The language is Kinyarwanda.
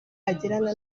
agirana